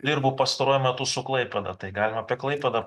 dirbu pastaruoju metu su klaipėda tai galim apie klaipėdą